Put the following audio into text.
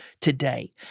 today